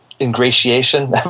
ingratiation